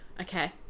okay